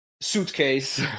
suitcase